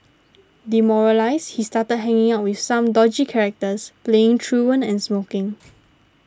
demoralised he started hanging out with some dodgy characters playing truant and smoking